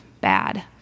bad